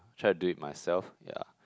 try to do it myself yea